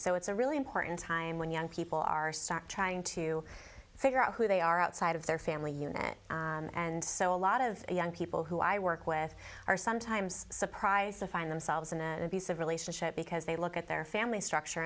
so it's a really important time when young people are stuck trying to figure out who they are outside of their and lee unit and so a lot of young people who i work with are sometimes surprised to find themselves in an abusive relationship because they look at their family structure